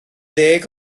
ddeg